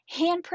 handprint